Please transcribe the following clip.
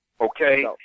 okay